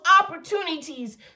opportunities